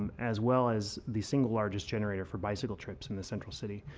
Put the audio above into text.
um as well as the single largest generator for bicycle trips in the central city.